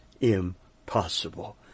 impossible